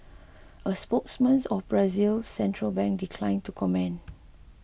a spokesman for Brazil's central bank declined to comment